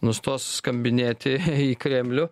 nustos skambinėti į kremlių